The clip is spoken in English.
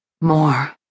More